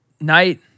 night